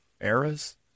eras